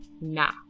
Nah